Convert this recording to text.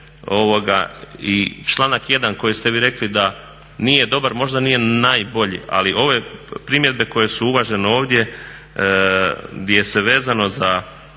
i članak 1. koji ste vi rekli da nije dobar možda nije najbolji. Ali ove primjedbe koje su uvažene ovdje gdje se vezano za